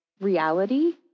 reality